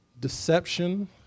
Deception